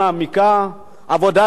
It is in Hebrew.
עבודה רצינית ביותר.